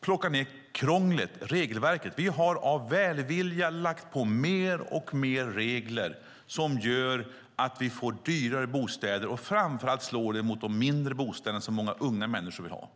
plocka ned krånglet, regelverket. Vi har av välvilja lagt på mer och mer regler som gör att vi får dyrare bostäder. Framför allt slår det mot de mindre bostäderna som många unga människor vill ha.